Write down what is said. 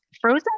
Frozen